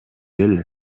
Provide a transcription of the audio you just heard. эле